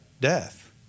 Death